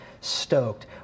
stoked